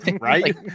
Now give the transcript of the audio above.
right